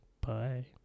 Bye